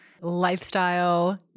lifestyle